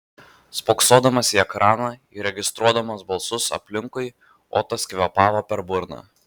spoksodamas į ekraną ir registruodamas balsus aplinkui otas kvėpavo per burną